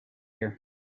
here